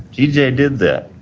t j. did that.